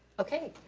okay,